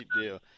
deal